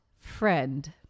friend